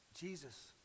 Jesus